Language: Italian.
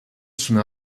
sono